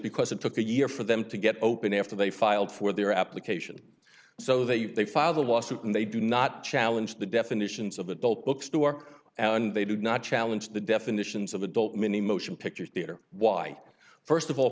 because it took a year for them to get open after they filed for their application so they they filed a lawsuit and they do not challenge the definitions of adult books to work and they do not challenge the definitions of adult many motion picture theater why first of all